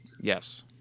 Yes